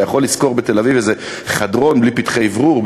אתה יכול לשכור בתל-אביב איזה חדרון בלי פתחי אוורור,